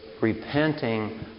repenting